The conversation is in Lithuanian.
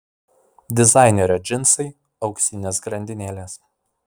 dizainerio džinsai auksinės grandinėlės